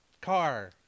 Car